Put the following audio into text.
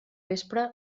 vespre